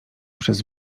przez